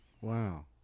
wow